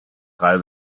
drei